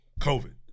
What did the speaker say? COVID